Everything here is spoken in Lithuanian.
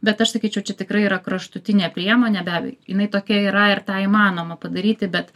bet aš sakyčiau čia tikrai yra kraštutinė priemonė be abejo jinai tokia yra ir tą įmanoma padaryti bet